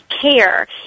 care